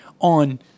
on